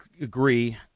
agree